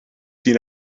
seen